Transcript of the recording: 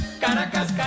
Caracas